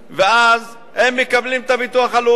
ואז הם מקבלים את קצבת הביטוח הלאומי.